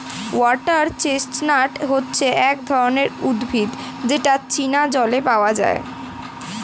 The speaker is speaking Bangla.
ওয়াটার চেস্টনাট হচ্ছে এক ধরনের উদ্ভিদ যেটা চীনা জল পাওয়া যায়